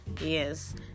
Yes